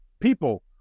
people